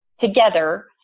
together